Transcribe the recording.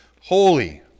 Holy